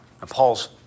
Paul's